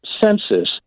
census